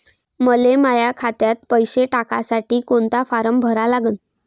मले माह्या खात्यात पैसे टाकासाठी कोंता फारम भरा लागन?